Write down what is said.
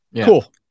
Cool